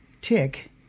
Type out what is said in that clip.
tick